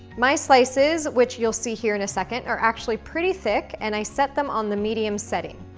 my slices, which you'll see here in a second, are actually pretty thick, and i set them on the medium setting.